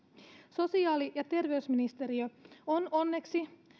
sosiaali ja terveysministeriö on onneksi